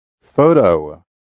photo